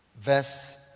Verse